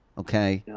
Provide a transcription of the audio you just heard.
okay?